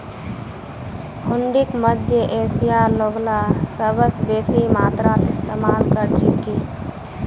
हुंडीक मध्य एशियार लोगला सबस बेसी मात्रात इस्तमाल कर छिल की